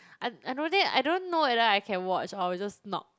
I I don't think I don't know whether I can watch or I'll just knock